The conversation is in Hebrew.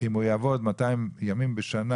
אם הוא יעבוד 200 ימים בשנה,